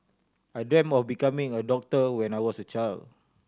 I dream of becoming a doctor when I was a child